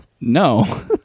No